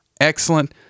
excellent